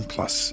Plus